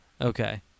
Okay